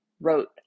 wrote